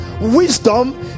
wisdom